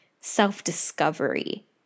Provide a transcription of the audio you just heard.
self-discovery